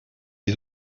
les